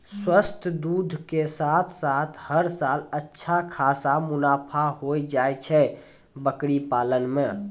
स्वस्थ दूध के साथॅ साथॅ हर साल अच्छा खासा मुनाफा होय जाय छै बकरी पालन मॅ